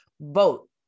vote